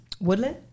Woodland